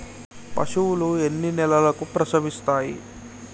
పశువులు ఎన్ని నెలలకు ప్రసవిస్తాయి?